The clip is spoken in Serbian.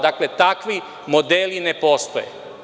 Dakle, takvi modeli ne postoje.